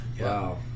wow